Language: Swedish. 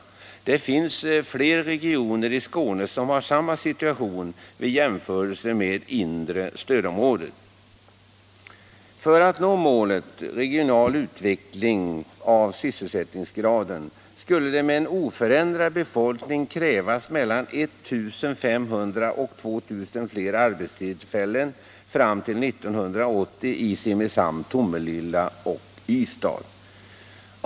Flera regioner i Skåne har samma situation jämfört med det inre stödområdet. För att nå målet regional utveckling av sysselsättningsgraden, skulle det med en oförändrad befolkning krävas mellan 1 500 och 2 000 flera arbetstillfällen fram till 1980 i Simrishamn, Tomelilla och Ystad.